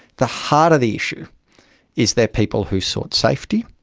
the harder the issue is they're people who sought safety,